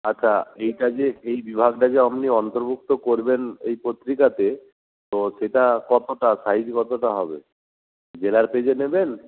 আচ্ছা এইটা যে এই বিভাগটা যে আপনি অন্তর্ভুক্ত করবেন এই পত্রিকাতে তো সেটা কতোটা সাইজ কতোটা হবে জেলার পেজে নেবেন